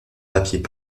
papiers